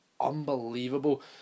unbelievable